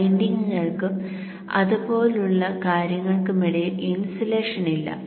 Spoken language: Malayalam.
വൈൻഡിംഗുകൾക്കും അതുപോലുള്ള കാര്യങ്ങൾക്കുമിടയിൽ ഇൻസുലേഷൻ ഇല്ല